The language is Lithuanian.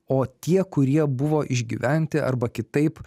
o tie kurie buvo išgyventi arba kitaip